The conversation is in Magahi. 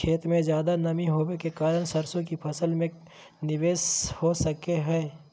खेत में ज्यादा नमी होबे के कारण सरसों की फसल में की निवेस हो सको हय?